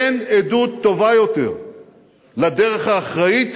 אין עדות טובה יותר לדרך האחראית